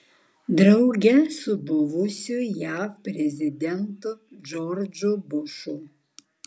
drauge su buvusiu jav prezidentu džordžu bušu